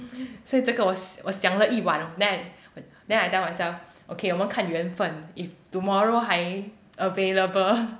所以这个我想理一晚 then I then I tell myself okay 我们看缘分 if tomorrow 还 available